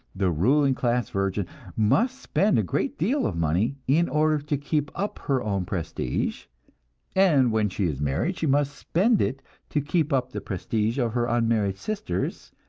the ruling class virgin must spend a great deal of money in order to keep up her own prestige and when she is married, she must spend it to keep up the prestige of her unmarried sisters,